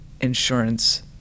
insurance